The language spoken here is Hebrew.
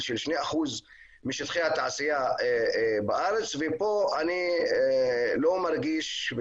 של 2% משטחי התעשייה בארץ ופה אני לא מרגיש,